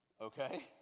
Okay